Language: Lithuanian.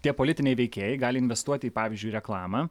tie politiniai veikėjai gali investuoti į pavyzdžiui reklamą